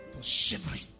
shivering